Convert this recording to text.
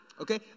Okay